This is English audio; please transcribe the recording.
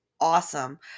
awesome